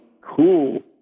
cool